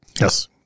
Yes